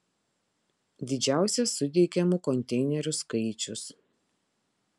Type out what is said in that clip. didžiausias suteikiamų konteinerių skaičius